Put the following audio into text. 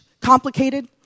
complicated